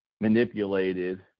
manipulated